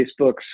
Facebook's